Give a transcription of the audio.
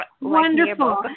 wonderful